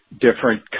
different